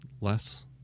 less